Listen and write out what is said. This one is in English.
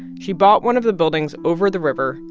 she bought one of the buildings over the river,